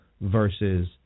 versus